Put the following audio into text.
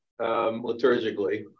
liturgically